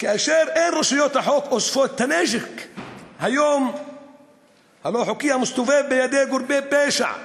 כאשר רשויות החוק אינן אוספות את הנשק הלא-חוקי המסתובב אצל גורמי פשע.